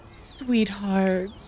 sweetheart